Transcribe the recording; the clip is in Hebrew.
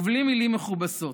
ובלי מילים מכובסות,